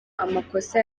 amakosa